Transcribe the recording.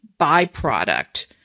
byproduct